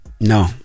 No